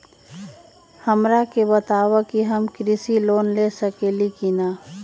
हमरा के बताव कि हम कृषि लोन ले सकेली की न?